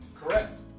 Correct